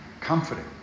comforting